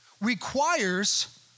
Requires